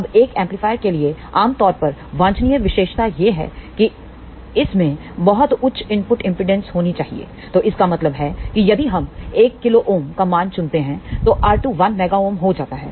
अब एक एम्पलीफायर के लिए आम तौर पर वांछनीय विशेषता यह है कि इसमें बहुत उच्च इनपुट इंमपीडांस होनी चाहिए तो इसका मतलब है कि यदि हम 1 k Ω का मान चुनते हैं तो R2 1 MΩ हो जाता है